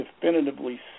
definitively